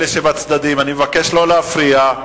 אלה שבצדדים, אני מבקש לא להפריע.